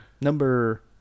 Number